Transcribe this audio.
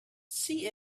see